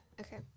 Okay